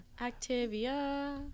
Activia